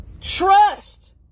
Trust